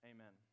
Amen